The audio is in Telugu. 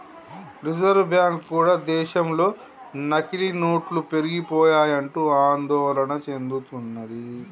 రిజర్వు బ్యాంకు కూడా దేశంలో నకిలీ నోట్లు పెరిగిపోయాయంటూ ఆందోళన చెందుతున్నది